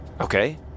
Okay